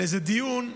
לדיון,